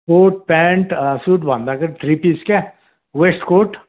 coat pant suit भन्दाखेरि three piece क्या West coat